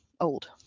old